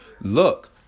look